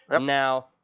Now